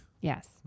Yes